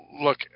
look